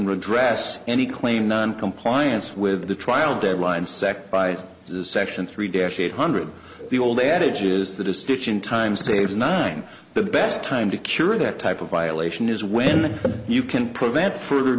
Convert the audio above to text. redress any claim noncompliance with the trial deadline set by section three dash eight hundred the old adage is that a stitch in time saves nine the best time to cure that type of violation is when you can prevent further